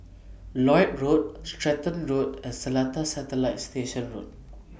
Lloyd Road Stratton Road and Seletar Satellite Station Road